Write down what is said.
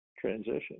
transition